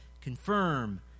confirm